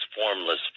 formless